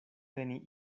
teni